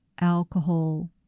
alcohol